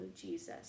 Jesus